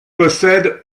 possède